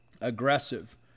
aggressive